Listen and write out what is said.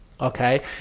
okay